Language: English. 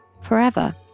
forever